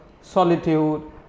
solitude